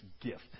gift